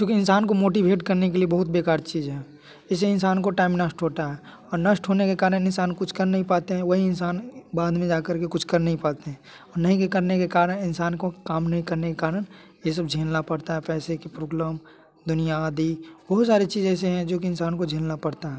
जो कि इंसान को मोटिवेट करने के लिए बहुत बेकार चीज है जिसे इंसान को टाइम नष्ट होटा है और नष्ट होने के कारण इंसान कुछ कर नहीं पाते हैं वही इंसान बाद में जाकर के कुछ कर नहीं पाते नहीं करने के कारण इंसान को काम नहीं करने के कारण ये सब झेलना पड़ता है पैसे की प्रॉब्लम दुनिया आदि बहुत सारी चीज हैं जो इंसान को झेलना पड़ता है